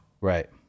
right